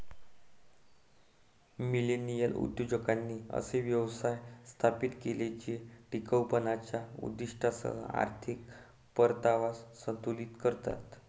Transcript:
millennial उद्योजकांनी असे व्यवसाय स्थापित केले जे टिकाऊपणाच्या उद्दीष्टांसह आर्थिक परतावा संतुलित करतात